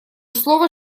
слово